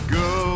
go